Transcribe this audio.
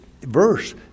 verse